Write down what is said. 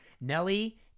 Nelly